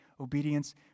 Obedience